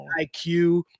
iq